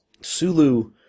Sulu